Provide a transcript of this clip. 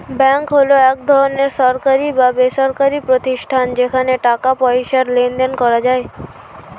bank হলো এক ধরনের সরকারি বা বেসরকারি প্রতিষ্ঠান যেখানে টাকা পয়সার লেনদেন করা যায়